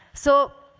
so